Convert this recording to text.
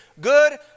good